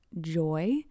joy